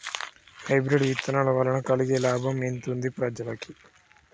Hybrid విత్తనాల వలన కలిగే లాభం ఎంతుంది ప్రజలకి?